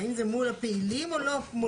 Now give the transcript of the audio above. האם זה מול הפעילים או לא מול?